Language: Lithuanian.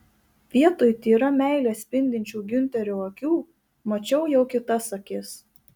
vietoj tyra meile spindinčių giunterio akių mačiau jau kitas akis